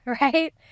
Right